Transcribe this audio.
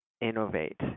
innovate